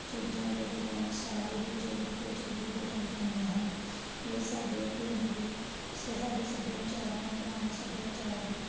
ਚੀਜ਼ਾਂ ਦੇ ਡਿਜ਼ਾਇਨ ਸਾਰੇ ਹੀ ਜਲਦੀ ਤੋਂ ਜਲਦੀ ਬਦਲ ਜਾਂਦੇ ਹਨ ਇਹ ਸਾਡੇ ਪਿੰਡ ਦੇ ਇਸ ਸਾਡੇ ਸੱਭਿਆਚਾਰ ਨੂੰ ਪੁਰਾਣੇ ਸੱਭਿਆਚਾਰ ਦੀ